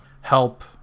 help